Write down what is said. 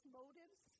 motives